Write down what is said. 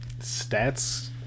Stats